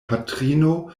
patrino